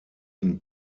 ihn